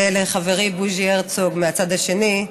ולחברי בוז'י הרצוג מהצד השני,